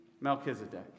Melchizedek